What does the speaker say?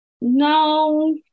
No